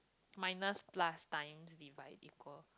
minus plus times divide equal